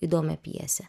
įdomią pjesę